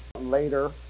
Later